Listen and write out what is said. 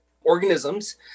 organisms